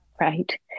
right